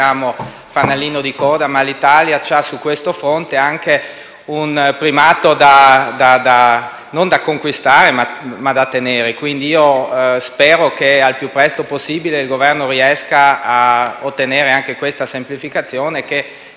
Non siamo fanalino di coda, perché l'Italia ha su questo fronte un primato non da conquistare, ma da mantenere. Quindi spero che, al più presto, il Governo riesca a ottenere anche questa semplificazione,